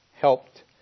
helped